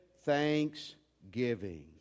thanksgiving